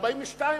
42%,